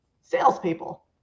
salespeople